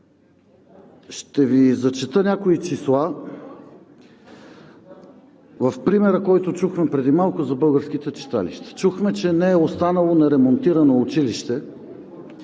Ще Ви зачета някои числа в примера, който чухме преди малко за българските читалища. Чухме, че не е останало неремонтирано училище.